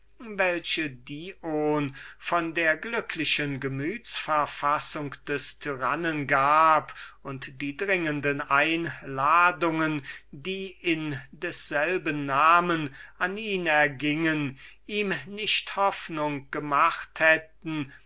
ihm dion von der glücklichen gemüts verfassung des tyrannen gab und die dringenden einladungen die in desselben namen an ihn ergingen ihm nicht hoffnung gegeben hätten